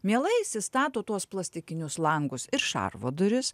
mielai įsistato tuos plastikinius langus ir šarvo duris